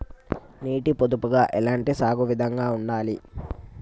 నీటి పొదుపుగా ఎలాంటి సాగు విధంగా ఉండాలి?